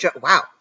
Wow